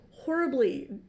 Horribly